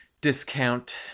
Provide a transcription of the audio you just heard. discount